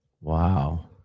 Wow